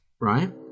right